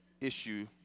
issue